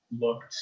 looked